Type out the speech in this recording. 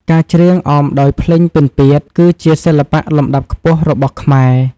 ការច្រៀងអមដោយភ្លេងពិណពាទ្យ គឺជាសិល្បៈលំដាប់ខ្ពស់របស់ខ្មែរ។